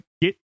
get